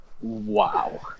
Wow